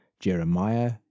Jeremiah